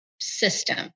system